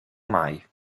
mai